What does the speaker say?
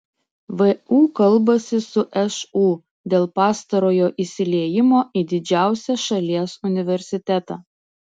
vu kalbasi su šu dėl pastarojo įsiliejimo į didžiausią šalies universitetą